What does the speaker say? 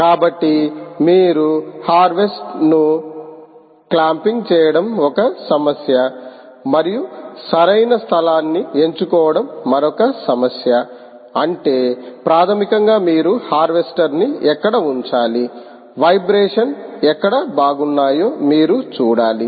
కాబట్టి మీరు హార్వెస్ట ను క్లామ్పింగ్ చేయడం ఒక సమస్య మరియు సరైన స్థలాన్ని ఎంచుకోవడం మరొక సమస్య అంటే ప్రాథమికంగా మీరు హార్వెస్టర్ని ఎక్కడ ఉంచాలి వైబ్రేషన్ ఎక్కడ బాగున్నాయో మీరు చూడాలి